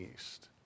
east